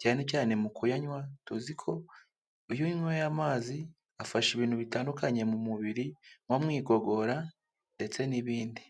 cyane cyane mu kuyanywa tuzi ko iyo unyweye amazi afasha ibintu bitandukanye mu mubiri nko mu igogora ndetse n'ibindi.